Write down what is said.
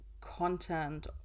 content